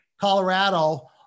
Colorado